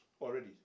already